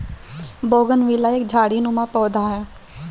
bougainvillea एक झाड़ीनुमा पौधा है